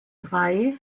drei